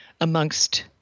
amongst